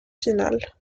final